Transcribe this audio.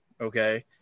okay